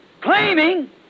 Claiming